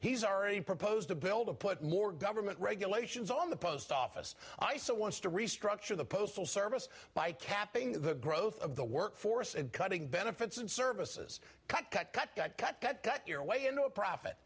he's already proposed a bill to put more government regulations on the post office i so want to restructure the postal service by capping the growth of the workforce and cutting benefits and services cut cut cut cut cut cut your way into a profit